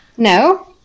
No